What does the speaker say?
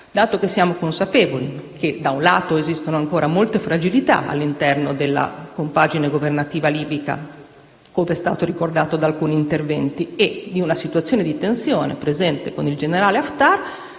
Dato che siamo consapevoli che esistono ancora molte fragilità all'interno della compagine governativa libica, come è stato ricordato in alcuni interventi, e vi è una situazione di tensione presente con il generale Haftar,